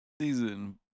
season